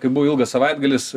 kai buvo ilgas savaitgalis